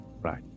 Right